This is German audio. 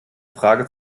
frage